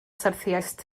syrthiaist